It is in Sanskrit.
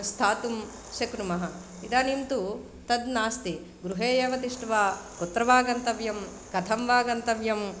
स्थातुं शक्नुमः इदानिं तु तद् नास्ति गृहे एव तिष्ट्वा कुत्र वा गन्तव्यं कथं वा गन्तव्यं